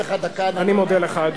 אדוני, אני מוסיף לך דקה.